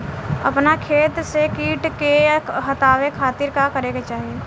अपना खेत से कीट के हतावे खातिर का करे के चाही?